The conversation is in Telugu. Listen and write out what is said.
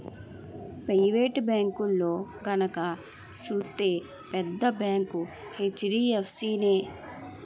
పెయివేటు బేంకుల్లో గనక సూత్తే పెద్ద బేంకు హెచ్.డి.ఎఫ్.సి నే